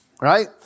right